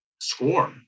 score